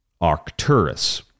Arcturus